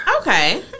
okay